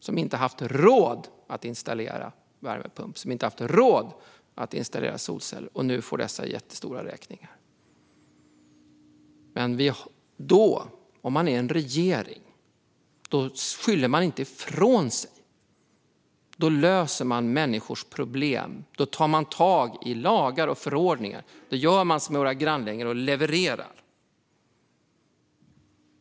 De har inte haft råd att installera värmepump eller solceller, och nu får de jättestora räkningar. Om man är en regering skyller man inte ifrån sig. Då löser man människors problem. Då tar man tag i lagar och förordningar. Då gör man som våra grannländer och levererar.